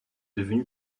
devenu